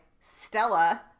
Stella